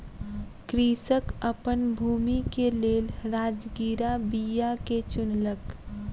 कृषक अपन भूमि के लेल राजगिरा बीया के चुनलक